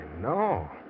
no